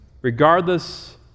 Regardless